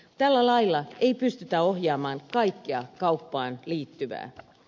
tällä lailla ei pystytä ohjaamaan kaikkea kauppaan liittyvää